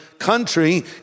country